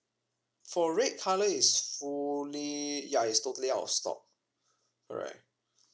for red colour is fully ya it's totally out of stock correct